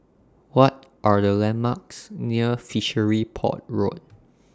What Are The landmarks near Fishery Port Road